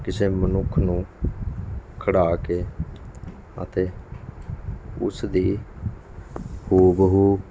ਕਿਸੇ ਮਨੁੱਖ ਨੂੰ ਖੜ੍ਹਾ ਕੇ ਅਤੇ ਉਸ ਦੀ ਹੂ ਬ ਹੂ